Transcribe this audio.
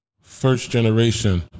first-generation